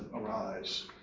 Arise